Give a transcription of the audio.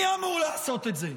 מי אמור לעשות את זה?